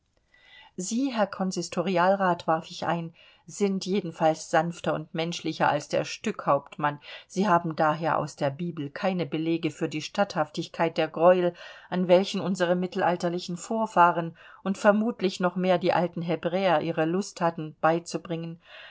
sie herr konsistorialrat warf ich ein sind jedenfalls sanfter und menschlicher als der stückhauptmann sie haben daher aus der bibel keine belege für die statthaftigkeit der greuel an welchen unsere mittelalterlichen vorfahren und vermutlich noch mehr die alten hebräer ihre lust hatten beizubringen